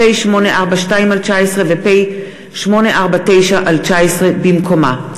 פ/842/19 ו-פ/849/19 במקומה.